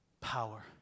Power